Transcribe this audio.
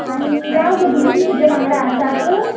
आनी राव गो दुसरी तुजे वांगडा आसात